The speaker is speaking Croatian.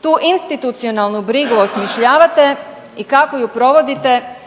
tu institucionalnu brigu osmišljavate i kako ju provodite